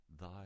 thy